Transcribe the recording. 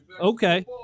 Okay